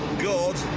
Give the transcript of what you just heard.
god,